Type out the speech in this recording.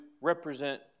represent